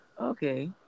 Okay